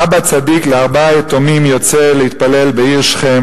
אבא צדיק לארבעה ילדים יוצא להתפלל בעיר שכם